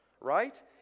right